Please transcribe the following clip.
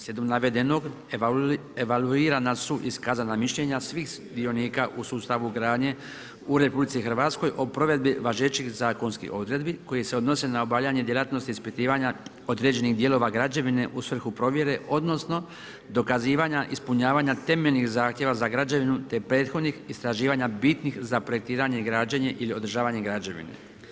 Slijedom navedenog, evaluirana su iskaza mišljenja svih sudionika u sustavu gradnje u RH o provedbi važećih zakonskih odredbi koje se odnose na obavljanje djelatnosti ispitivanja određenih dijelova građevine u svrhu provjere odnosno dokazivanja ispunjavanja temeljnih zahtjeva za građevinu te prethodni istraživanja bitnih za projektiranje, građenje ili odražavanje građevini.